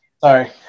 sorry